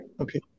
Okay